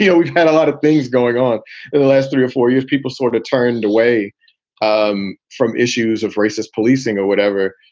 yeah we've had a lot of things going on in the last three or four years. people sort of turned away um from issues of racist policing or whatever.